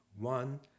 one